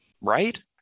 Right